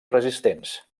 resistents